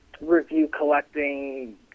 review-collecting